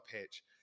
pitch